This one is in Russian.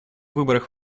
выборах